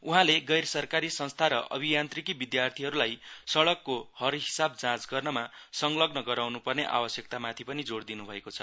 उहाँले गैर सरकारी संस्था र अभियान्त्रिकी विधार्थीहरूलाई सड़कको हरहिसाब जाँच गर्नमा संलग्न गराउन् पर्ने आवश्यकता माथि पनि जोड़ दिनुभएको छ